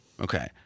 Okay